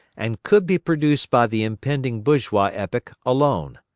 and could be produced by the impending bourgeois epoch alone.